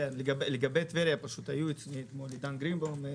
לגבי טבריה היה אצלי אתמול עידן גרינבאום,